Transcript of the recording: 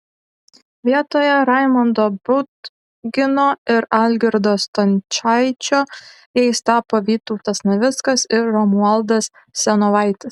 vietoje raimondo budgino ir algirdo stončaičio jais tapo vytautas navickas ir romualdas senovaitis